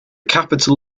capital